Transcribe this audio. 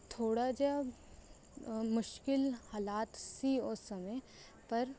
ਥੋੜ੍ਹਾ ਜਿਹਾ ਮੁਸ਼ਕਿਲ ਹਾਲਾਤ ਸੀ ਉਸ ਸਮੇਂ ਪਰ